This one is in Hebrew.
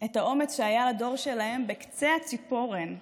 האומץ שהיה לדור שלהם בקצה הציפורן,